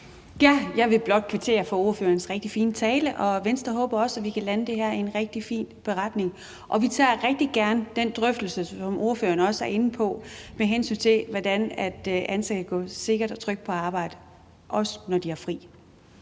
Jeg vil blot kvittere for ordførerens rigtig fine tale. Venstre håber også, at vi kan lande det her i en rigtig fin beretning, og vi tager rigtig gerne den drøftelse, som ordføreren også er inde på, med hensyn til hvordan ansatte kan gå sikkert på arbejde og føle sig